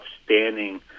outstanding